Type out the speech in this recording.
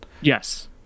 yes